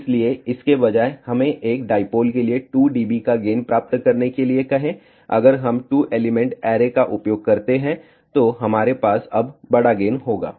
इसलिए इसके बजाय हमें एक डाईपोल के लिए 2 dB का गेन प्राप्त करने के लिए कहें अगर हम 2 एलिमेंट ऐरे का उपयोग करते हैं तो हमारे पास अब बड़ा गेन होगा